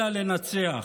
אלא לנַצח,